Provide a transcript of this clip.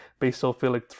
basophilic